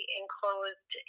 enclosed